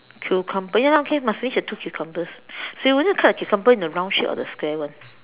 cucumber ya okay must finish the two cucumbers so you want to cut the cucumber in the round shape or the square one